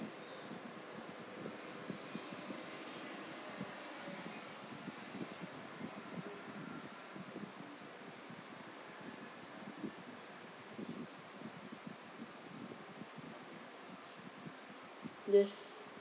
yes